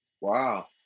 Wow